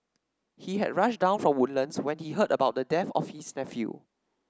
he had rushed down from Woodlands when he heard about the death of his nephew